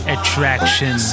Attraction